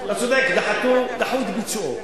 אתה צודק, דחו את ביצועו.